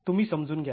तुम्ही समजून घ्या